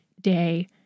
day